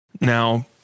Now